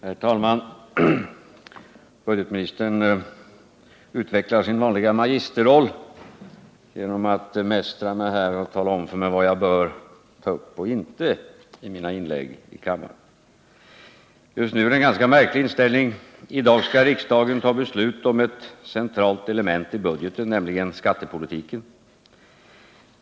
Herr talman! Budgetministern utvecklar sin vanliga magisterroll genom att mästra mig och tala om för mig vad jag bör ta upp och inte i mina inlägg i kammaren. I dag skall riksdagen fatta beslut om ett centralt element i budgeten, nämligen skattepolitiken.